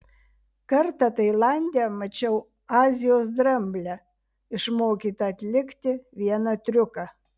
kartą tailande mačiau azijos dramblę išmokytą atlikti vieną triuką